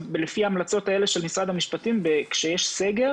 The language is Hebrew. לפי ההמלצות האלה של משרד המשפטים, כשיש סגר